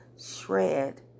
shred